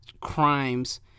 crimes